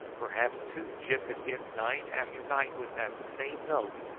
perhaps, too, gyp had been night after night with that same note,